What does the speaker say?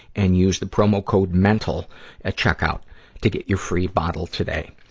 and use the promo code mental at checkout to get your free bottle today.